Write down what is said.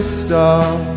stop